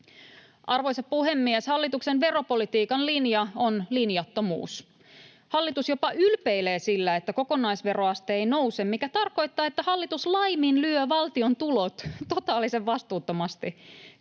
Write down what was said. Arvoisa puhemies! Hallituksen veropolitiikan linja on linjattomuus. Hallitus jopa ylpeilee sillä, että kokonaisveroaste ei nouse, mikä tarkoittaa, että hallitus laiminlyö valtion tulot totaalisen vastuuttomasti.